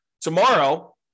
tomorrow